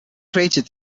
created